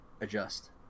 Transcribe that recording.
adjust